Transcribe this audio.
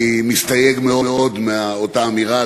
אני מסתייג מאוד מאותה אמירה.